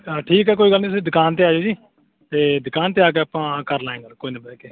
ਆ ਠੀਕ ਹੈ ਕੋਈ ਗੱਲ ਨਹੀਂ ਤੁਸੀਂ ਦੁਕਾਨ 'ਤੇ ਆ ਜਾਇਓ ਜੀ ਅਤੇ ਦੁਕਾਨ 'ਤੇ ਆ ਕੇ ਆਪਾਂ ਕਰ ਲਵਾਂਗੇ ਗੱਲ ਕੋਈ ਨਾ ਬਹਿ ਕੇ